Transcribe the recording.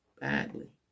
Badly